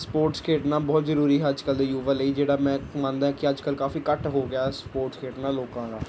sports ਖੇਡਣਾ ਬਹੁਤ ਜ਼ਰੂਰੀ ਹੈ ਅੱਜ ਕੱਲ੍ਹ ਦੇ ਯੁਵਾ ਲਈ ਜਿਹੜਾ ਮੈਂ ਮੰਨਦਾ ਕਿ ਅੱਜ ਕੱਲ੍ਹ ਕਾਫ਼ੀ ਘੱਟ ਹੋ ਗਿਆ ਸਪੋਸਟ ਖੇਡਣਾ ਲੋਕਾਂ ਦਾ